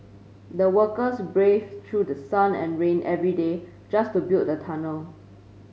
the workers braved through sun and rain every day just to build the tunnel